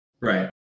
Right